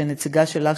שהנציגה שלך,